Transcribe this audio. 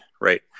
right